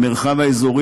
המרחב האזורי,